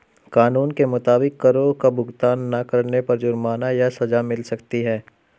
कानून के मुताबिक, करो का भुगतान ना करने पर जुर्माना या सज़ा मिल सकती है